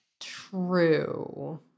true